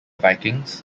vikings